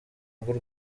bw’u